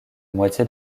moitié